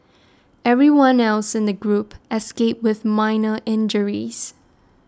everyone else in the group escaped with minor injuries